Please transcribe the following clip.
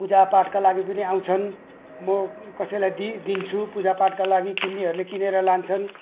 पूजापाठका लागि पनि आउँछन् म कसैलाई दिई दिन्छु पूजापाठका लागि किन्नेहरूले किनेर लान्छन्